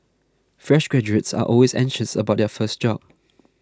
fresh graduates are always anxious about their first job